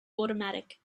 automatic